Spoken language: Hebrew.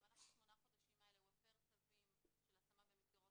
כשבמהלך שמונה החודשים האלה הוא הפר צווים של השמה במסגרות